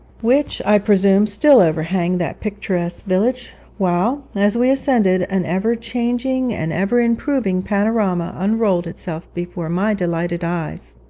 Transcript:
which, i presume, still overhang that picturesque village, while, as we ascended, an ever-changing and ever-improving panorama unrolled itself before my delighted eyes.